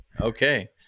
Okay